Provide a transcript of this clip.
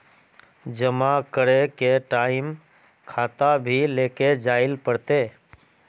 जमा करे के टाइम खाता भी लेके जाइल पड़ते?